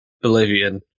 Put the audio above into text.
Bolivian